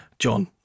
John